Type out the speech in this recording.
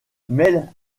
mel